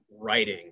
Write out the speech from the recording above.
writing